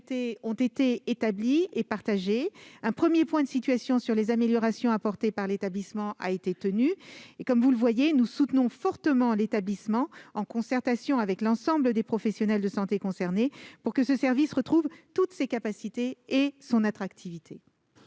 ont été établies et partagées ; un premier point de situation sur les améliorations apportées par l'établissement a été tenu. Comme vous le voyez, nous soutenons fortement l'établissement, en concertation avec l'ensemble des professionnels de santé concernés, pour que le service des urgences retrouve toutes ses capacités et son attractivité.